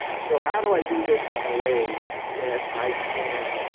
so how do i do this in a way that i can,